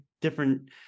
different